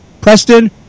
Preston